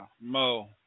Mo